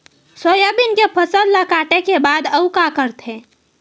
Soybean के फसल ल काटे के बाद आऊ का करथे?